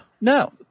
No